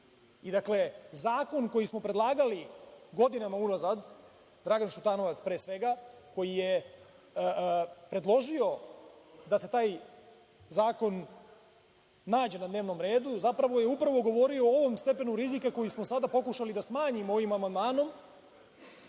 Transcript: zakon koji smo predlagali godinama unazad, Dragan Šutanovac pre svega, koji je predložio da se taj zakon nađe na dnevnom redu zapravo je govorio o ovom stepenu rizika koji smo sada pokušali da smanjimo ovim amandmanom,